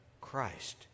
Christ